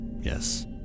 Yes